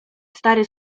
stary